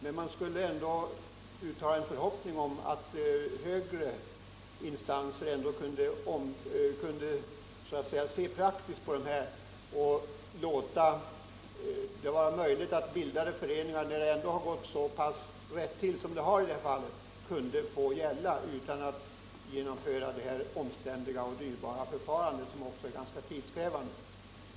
Men jag skulle ändå vilja uttala en förhoppning om att högre instanser kunde se praktiskt på saken och låta redan bildade föreningar gälla, när det gått så pass rätt till som det har gjort i det här fallet, så att man inte tvingas tillgripa ett omständligt och dyrbart förfarande som också är ganska tidskrävande.